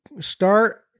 start